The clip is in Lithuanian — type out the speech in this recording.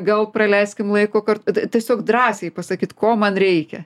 gal praleiskime laiko kartu tiesiog drąsiai pasakyt ko man reikia